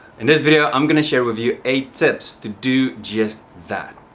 in this video i'm gonna share with you eight tips to do just that